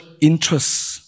interests